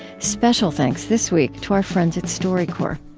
special thanks this week to our friends at storycorps